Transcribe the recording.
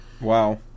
wow